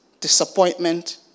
disappointment